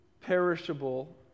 perishable